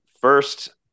First